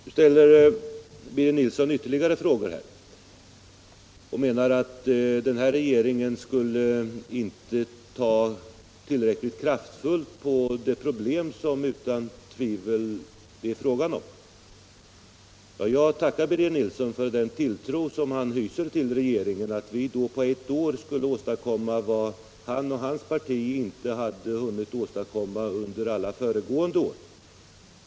Nu ställer Birger Nilsson ytterligare frågor och menar att den nuvarande regeringen inte skulle ta tillräckligt kraftfullt i de problem som det utan tvivel är frågan om. Jag tackar Birger Nilsson för den tilltro som han hyser till regeringen, att vi på ett år skulle kunna åstadkomma vad han och hans parti inte har hunnit åstadkomma under alla föregående år.